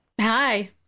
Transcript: Hi